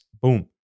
Boom